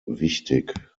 wichtig